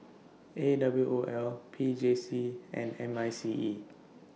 A W O L P J C and M I C E